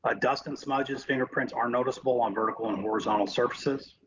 ah dust and smudges fingerprints are noticeable on vertical and horizontal surfaces,